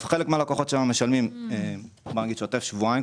חלק מהלקוחות שלנו משלמים שוטף שבועיים,